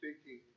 speaking